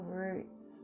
roots